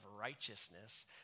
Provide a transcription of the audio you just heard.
righteousness